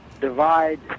divide